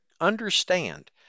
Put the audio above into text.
understand